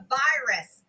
virus